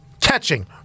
catching